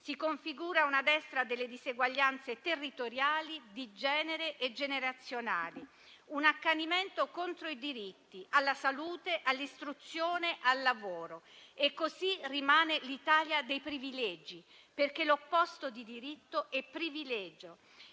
Si configura una destra delle diseguaglianze territoriali di genere e generazionali, un accanimento contro i diritti alla salute, all'istruzione, al lavoro. E così rimane l'Italia dei privilegi, perché l'opposto di diritto è privilegio.